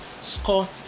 score